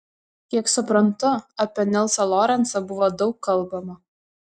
kiek suprantu apie nilsą lorencą buvo daug kalbama